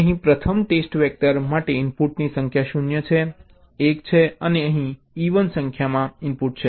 હવે અહીં પ્રથમ ટેસ્ટ વેક્ટર પાસે ઇનપુટની ઇવન સંખ્યા 0 છે 1 છે અને અહીં ઇવન સંખ્યામાં ઇનપુટ છે